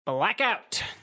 Blackout